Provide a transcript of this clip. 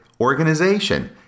Organization